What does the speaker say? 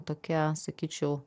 tokia sakyčiau